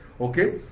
Okay